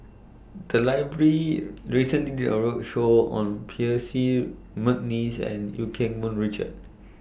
The Library recently did A roadshow on Percy Mcneice and EU Keng Mun Richard